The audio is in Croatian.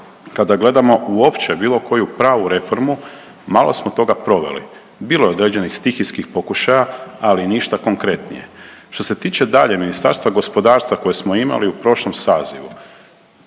Kada gledamo uopće bilo koju pravu reformu, malo smo toga proveli. Bilo je određenih stihijskih pokušaja, ali ništa konkretnije. Što se tiče dalje Ministarstva gospodarstva koje smo imali u prošlom sazivu,